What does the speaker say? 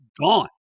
gone